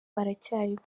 aracyariho